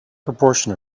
proportion